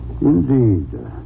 Indeed